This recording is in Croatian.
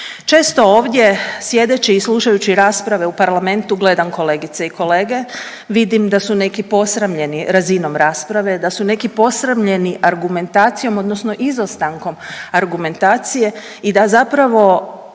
Često ovdje sjedeći i slušajući rasprave u parlamentu, gledam kolegice i kolege, vidim da su neki posramljeni razinom rasprave, da su neki posramljeni argumentacijom odnosno izostankom argumentacije i da zapravo